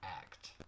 act